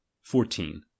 Fourteen